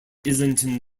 islington